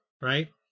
right